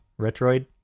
Retroid